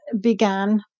began